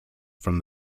from